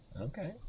okay